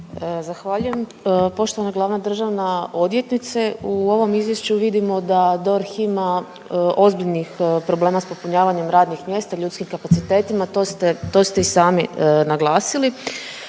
Zahvaljujem. Poštovana glavna državna odvjetnice, u ovom izvješću vidimo da DORH ima ozbiljnih problema s popunjavanjem radnih mjesta i ljudskim kapacitetima, to ste, to ste i sami naglasili,